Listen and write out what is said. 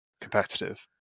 competitive